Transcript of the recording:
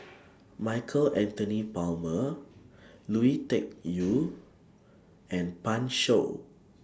Michael Anthony Palmer Lui Tuck Yew and Pan Shou